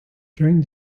during